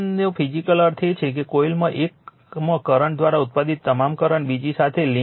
K 1 નો physical અર્થ એ છે કે કોઇલમાંથી એકમાં કરંટ દ્વારા ઉત્પાદિત તમામ કરંટ બીજી સાથે લિંક થાય છે